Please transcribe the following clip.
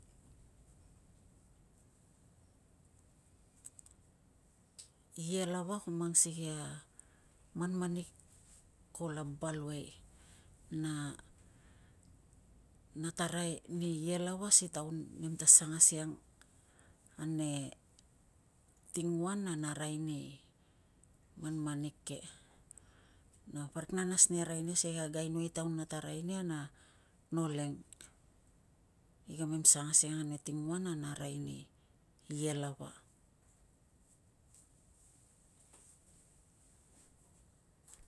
Ie lava ko mang sikei a manmanik ko laba luai, na nata arai ni ie lava si taun nem ta sang asiang ane tinguan na, na arai ni manmanik ke na parik na nas ni arai nia sikei kag ainoai i taun nata arai nia na no leng, i kamem sang asiang ane tinguan a na arai ni ie lava.